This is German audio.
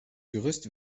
gerüst